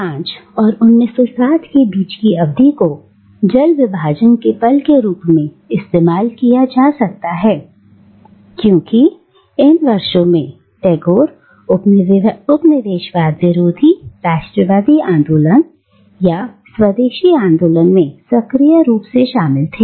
1905 और 1907 के बीच की अवधि को जल विभाजन के पल के रूप में इस्तेमाल किया जा सकता है क्योंकि इन वर्षों में टैगोर उपनिवेशवाद विरोधी राष्ट्रवादी आंदोलन या स्वदेशी आंदोलन में सक्रिय रूप से शामिल थे